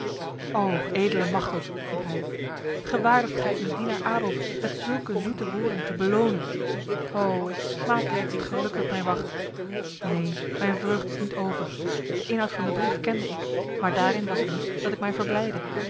o edele machteld riep hij gewaardigt gij uw dienaar adolf met zulke zoete woorden te belonen ho ik smaak reeds het geluk dat mij wacht neen mijn vreugd is niet over de inhoud van de brief kende ik maar daarin was het niet dat ik mij verblijdde